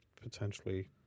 Potentially